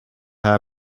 that